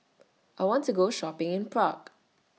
I want to Go Shopping in Prague